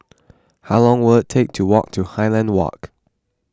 how long will it take to walk to Highland Walk